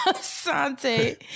Sante